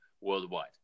worldwide